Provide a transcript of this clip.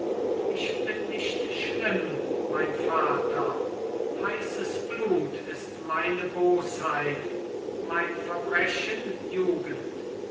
ich bin nicht schlimm mein vater heißes blut ist meine bosheit mein verbrechen jugend